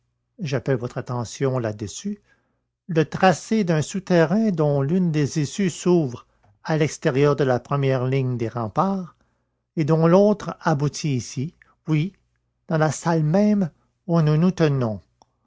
troisième jappelle votre attention là dessus le tracé d'un souterrain dont l'une des issues s'ouvre à l'extérieur de la première ligne des remparts et dont l'autre aboutit ici oui dans la salle même où nous nous tenons